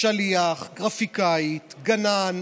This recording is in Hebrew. שליח, גרפיקאית, גנן,